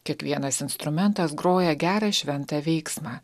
kiekvienas instrumentas groja gerą šventą veiksmą